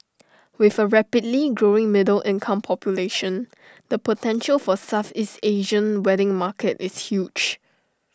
with A rapidly growing middle income population the potential for Southeast Asian wedding market is huge